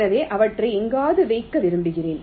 எனவே அவற்றை எங்காவது வைக்க விரும்புகிறேன்